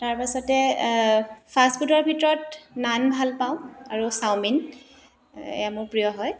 তাৰপাছতে ফাষ্ট ফুডৰ ভিতৰত নান ভাল পাওঁ আৰু চাওমিন এয়া মোৰ প্ৰিয় হয়